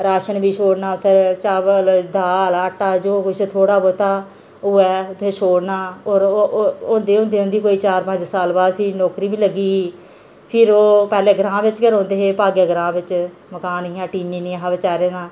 ration बी छोड़ना उद्धर चावल दाल आटा जो कुछ थोह्ड़ा बौह्ता होऐ उत्थे छोड़ना होर होंदे होंदे कोई पंज साल बाद फ्ही नौकरी बी लगी गेई फ्ही ओह् पैहले ग्रांऽ च रौंहदे हे भागे ग्रांऽ बिच्च मकान इ'यां टिनी नी हा बचारे दा